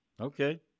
Okay